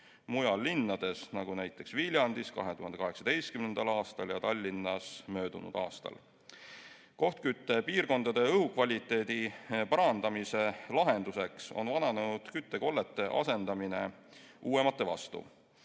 mujal linnades, nagu näiteks Viljandis 2018. aastal ja Tallinnas möödunud aastal. Kohtküttepiirkondade õhukvaliteedi parandamise lahenduseks on vananenud küttekollete asendamine uuematega.